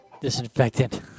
Disinfectant